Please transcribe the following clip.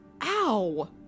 ow